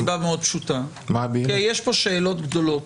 יש פה שאלות מאוד גדולות,